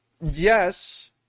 Yes